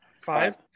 Five